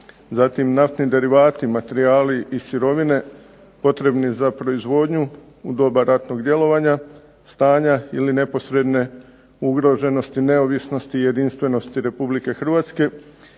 zatim naftni derivati, materijali i sirovine potrebni za proizvodnju u doba ratnog djelovanja, stanja ili neposredne ugroženosti, neovisnosti i jedinstvenosti Republike Hrvatske,